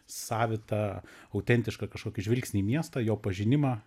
savitą autentišką kažkokį žvilgsnį į miestą jo pažinimą